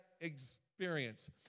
experience